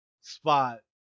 spot